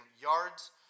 yards